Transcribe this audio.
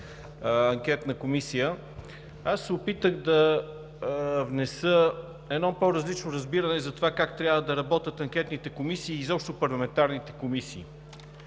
анкетна комисия, аз се опитах да внеса едно по-различно разбиране за това как трябва да работят анкетните комисии и изобщо парламентарните комисии.